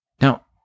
Now